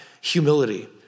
humility